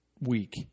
week